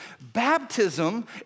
Baptism